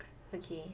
okay